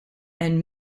and